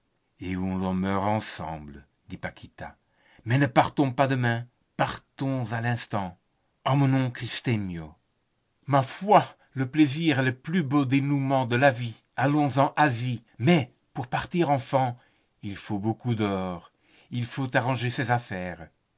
et où l'on meurt ensemble dit paquita mais ne partons pas demain partons à l'instant emmenons christemio ma foi le plaisir est le plus beau dénoûment de la vie allons en asie mais pour partir enfant il faut beaucoup d'or et pour avoir de l'or il faut arranger ses affaires